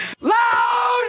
Loud